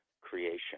creation